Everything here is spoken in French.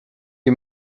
qui